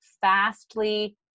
fastly